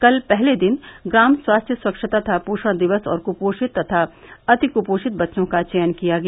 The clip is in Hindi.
कल पहले दिन ग्राम स्वास्थ्य स्वच्छता तथा पोषण दिवस और क्पोषित तथा अति क्पोषित बच्चों का चयन किया गया